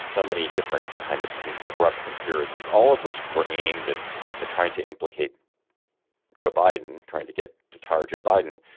so many different kind of corrupt conspiracies, all of which were aimed at at trying to implicate joe biden, trying to get to taja biden.